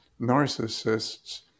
narcissists